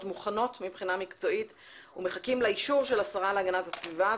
מוכנות מבחינה מקצועית ומחכים לאישור של השרה להגנת הסביבה.